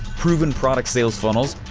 proven product sales funnels,